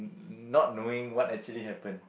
not knowing what actually happened